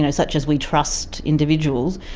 ah such as we trust individuals,